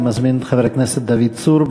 אני מזמין את חבר הכנסת דוד צור.